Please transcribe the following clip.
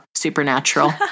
Supernatural